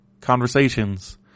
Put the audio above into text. conversations